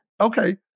Okay